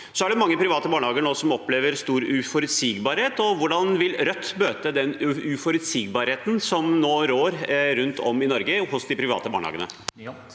Det er mange private barnehager som nå opplever stor uforutsigbarhet. Hvordan vil Rødt møte den uforutsigbarheten som nå rår hos de private barnehagene